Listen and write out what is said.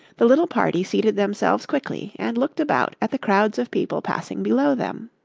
the little party seated themselves quickly and looked about at the crowds of people passing below them.